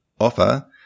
offer